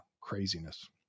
craziness